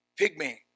pygmy